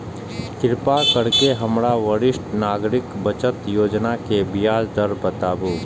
कृपा करके हमरा वरिष्ठ नागरिक बचत योजना के ब्याज दर बताबू